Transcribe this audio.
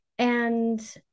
And-